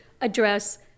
address